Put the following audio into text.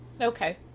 Okay